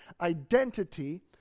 identity